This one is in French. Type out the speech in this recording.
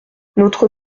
notre